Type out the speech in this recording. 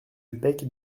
bec